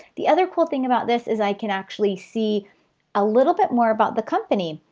the other cool thing about this is i can actually see a little bit more about the company.